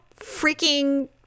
freaking